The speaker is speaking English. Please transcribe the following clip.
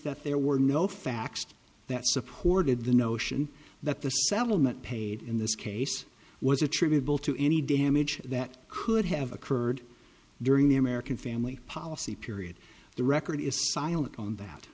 that there were no facts that supported the notion that the settlement paid in this case was attributable to any damage that could have occurred during the american family policy period the record is silent on that